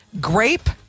Grape